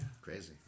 crazy